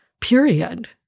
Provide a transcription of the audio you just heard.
period